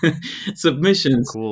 submissions